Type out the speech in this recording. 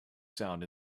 sound